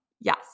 Yes